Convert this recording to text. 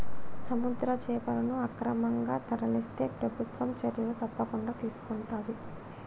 సముద్ర చేపలను అక్రమంగా తరలిస్తే ప్రభుత్వం చర్యలు తప్పకుండా తీసుకొంటది